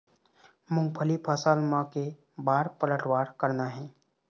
मूंगफली फसल म के बार पलटवार करना हे?